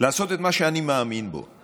לעשות את מה שאני מאמין בו.